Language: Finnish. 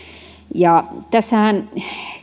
tässähän